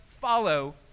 follow